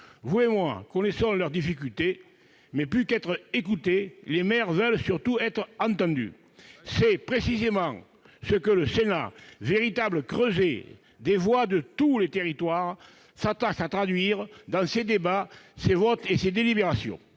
Vous et moi connaissons leurs difficultés. Mais plus qu'être écoutés, les maires veulent surtout être entendus. C'est précisément ce que le Sénat, véritable creuset des voix de tous les territoires, s'attache à traduire dans ses débats, ses votes et ses délibérations.